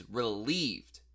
relieved